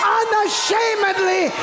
unashamedly